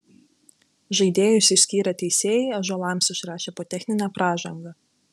žaidėjus išskyrę teisėjai ąžuolams išrašė po techninę pražangą